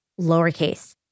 lowercase